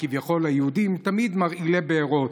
שכביכול היהודים תמיד מרעילים בארות.